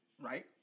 Right